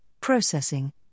processing